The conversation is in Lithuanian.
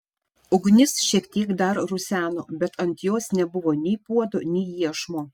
ugnis šiek tiek dar ruseno bet ant jos nebuvo nei puodo nei iešmo